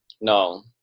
No